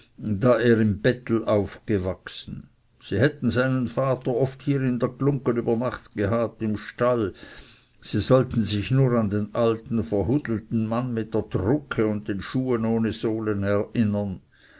er im bettel aufgewachsen sie hätten seinen vater oft hier in der glunggen über nacht gehabt im stall sie sollten sich nur an den alten verhudelten mann mit der drucke und den schuhen ohne sohlen erinnern